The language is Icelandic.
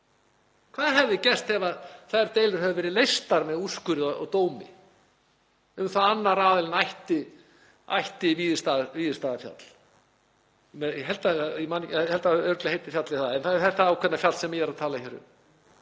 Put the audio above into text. Hvað hefði gerst ef þær deilur hefðu verið leystar með úrskurði og dómi um að annar aðilinn ætti Víðistaðafjall? — Ég held að það heiti örugglega það, þetta ákveðna fjall sem ég er að tala um.